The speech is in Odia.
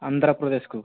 ଆନ୍ଧ୍ରପ୍ରଦେଶକୁ